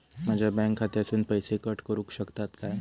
माझ्या बँक खात्यासून पैसे कट करुक शकतात काय?